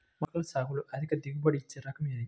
మొలకల సాగులో అధిక దిగుబడి ఇచ్చే రకం ఏది?